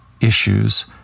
issues